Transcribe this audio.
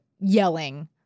yelling